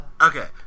Okay